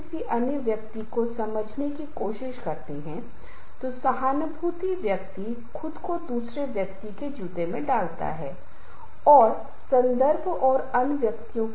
कई बार ऐसा होता है कि हम अपने छोटे बच्चों या छात्रों को कुछ चीजों का अध्ययन करने के लिए मजबूर कर रहे हैं कभी कभी वे खेलना चाहते हैं वे अध्ययन नहीं करना चाहते हैं लेकिन हम मजबूर करते हैं कि नहीं हमें इस काम को पूरा करना होगा